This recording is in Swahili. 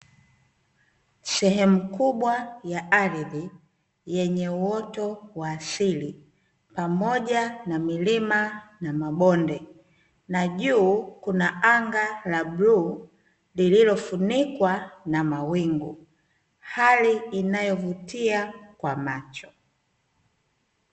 Sehemu kubwa ya ardhi yenye uoto wa asili, pamoja na milima na mabonde, na juu kuna anga la bluu liliofunikwa na mawingu. Hali inayovutia kwa macho.